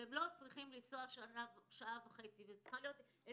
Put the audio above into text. הם לא צריכים לנסוע שעה וחצי לבית הספר.